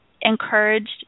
encouraged